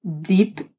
deep